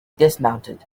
dismounted